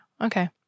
okay